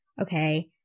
Okay